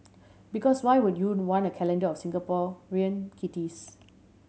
because why would you not want a calendar of Singaporean kitties